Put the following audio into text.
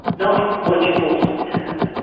not what you force them to have.